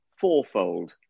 fourfold